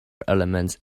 elements